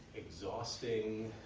exhausting,